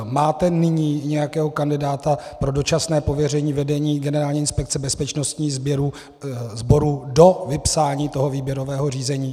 Máte nyní nějakého kandidáta pro dočasné pověření vedení Generální inspekce bezpečnostních sborů do vypsání výběrového řízení?